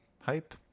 Hype